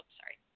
sorry